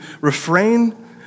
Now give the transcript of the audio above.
refrain